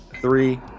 three